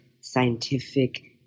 scientific